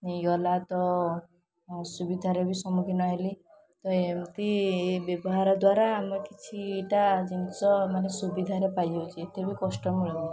ନେଇଗଲା ତ ଅସୁବିଧାର ବି ସମୁଖୀନ ହେଲି ତ ଏମତି ଏ ବ୍ୟବହାର ଦ୍ୱାରା ଆମେ କିଛିଟା ଜିନିଷ ମାନେ ସୁବିଧାରେ ପାଇ ଯାଉଛୁ ଏତେ ବି କଷ୍ଟ ମିଳୁନି